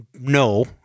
no